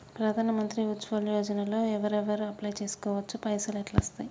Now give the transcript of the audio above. ప్రధాన మంత్రి ఉజ్వల్ యోజన లో ఎవరెవరు అప్లయ్ చేస్కోవచ్చు? పైసల్ ఎట్లస్తయి?